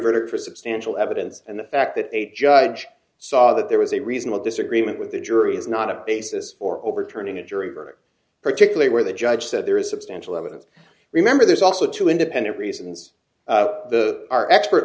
verdict for substantial evidence and the fact that a judge saw that there was a reasonable disagreement with the jury is not a basis for overturning a jury verdict particularly where the judge said there is substantial evidence remember there's also two independent reasons the our expert